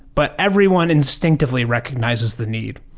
but everyone instinctively recognizes the need.